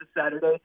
Saturday